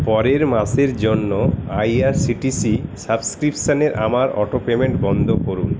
পরের মাসের জন্য আইআরসিটিসি সাবস্ক্রিপশনে আমার অটোপেমেন্ট বন্ধ করুন